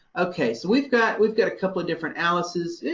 ok, so we've got, we've got a couple of different alices.